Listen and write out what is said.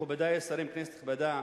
מכובדי השרים, כנסת נכבדה,